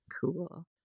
cool